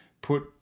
put